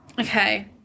okay